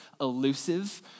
elusive